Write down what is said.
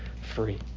free